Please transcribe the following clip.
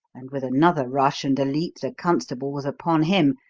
and with another rush and a leap the constable was upon him,